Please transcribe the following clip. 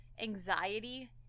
anxiety